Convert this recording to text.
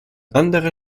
anderer